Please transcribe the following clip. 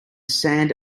sand